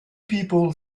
people